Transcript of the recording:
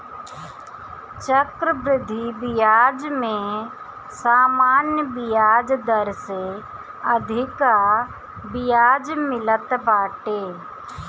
चक्रवृद्धि बियाज में सामान्य बियाज दर से अधिका बियाज मिलत बाटे